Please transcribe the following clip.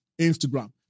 Instagram